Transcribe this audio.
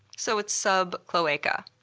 so it's sub-cloaca.